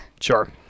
Sure